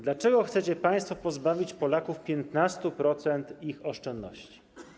Dlaczego chcecie państwo pozbawić Polaków 15% ich oszczędności?